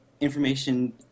information